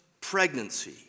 pregnancy